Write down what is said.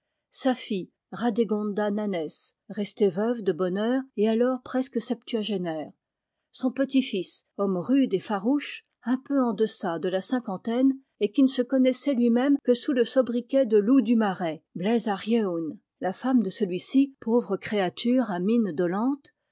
sa fille radégonda nanès restée veuve de bonne heure et alors presque septuagénaire son petit-fils homme rude et farouche un peu en deçà de la cinquantaine et qui ne se connaissait lui-même que sous le sobriquet de loup du marais bleiz ar eun la femme de celui-ci pauvre créature à mine dolente